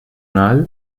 hall